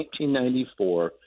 1994